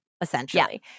essentially